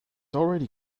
already